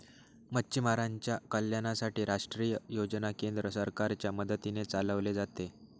मच्छीमारांच्या कल्याणासाठी राष्ट्रीय योजना केंद्र सरकारच्या मदतीने चालवले जाते